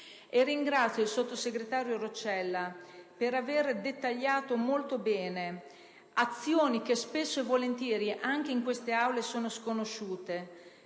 ringraziare la sottosegretario Roccella per avere dettagliato molto bene azioni che spesso e volentieri, anche in queste Aule, sono sconosciute;